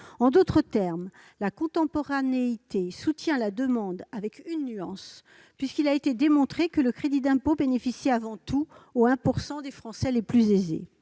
En d'autres termes, la contemporanéité soutient la demande, à une nuance près, puisqu'il a été démontré que le crédit d'impôt bénéficie avant tout au 1 % des Français les plus aisés.